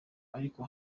ariko